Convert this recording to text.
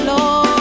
Lord